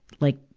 like,